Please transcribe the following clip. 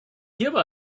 give